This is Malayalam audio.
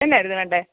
എന്നായിരുന്നു വേണ്ടത്